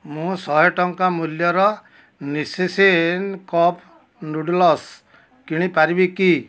ମୁଁ ଶହେ ଟଙ୍କା ମୂଲ୍ୟର ନିସିସିଏନ୍ କପ୍ ନୁଡ଼ୁଲ୍ସ୍ କିଣିପାରିବି କି